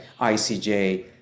ICJ